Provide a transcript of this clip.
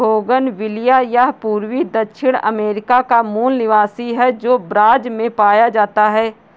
bougainvillea यह पूर्वी दक्षिण अमेरिका का मूल निवासी है, जो ब्राज़ से पाया जाता है